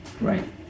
Right